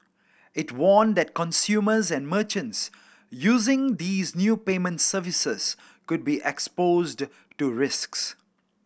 it warned that consumers and merchants using these new payment services could be exposed to risks